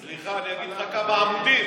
סליחה, אני אגיד לך כמה עמודים.